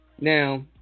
now